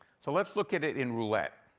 so let's look at it in roulette.